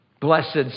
Blessed